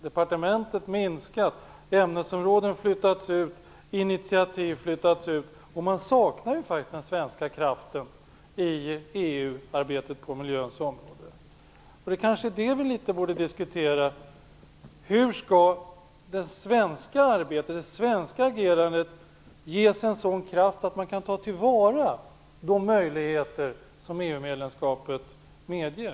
Departementet har minskat, ämnesområden flyttats ut, initiativ flyttats ut, och man saknar faktiskt den svenska kraften i EU arbetet på miljöns område. Vi kanske borde diskutera: Hur skall det svenska arbetet och agerandet ges en sådan kraft att man kan ta till vara de möjligheter som EU-medlemskapet medger?